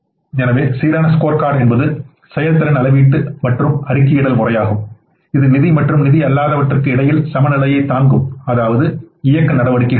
எனவே சீரான ஸ்கோர்கார்டு என்பது செயல்திறன் அளவீட்டு மற்றும் அறிக்கையிடல் முறையாகும் இது நிதி மற்றும் நிதி அல்லாதவற்றுக்கு இடையில் சமநிலையைத் தாங்கும் அதாவது இயக்க நடவடிக்கைகள் ஆகும்